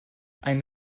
einen